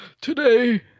Today